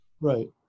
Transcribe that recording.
Right